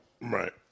Right